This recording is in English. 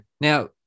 Now